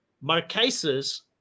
Marquesas